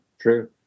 true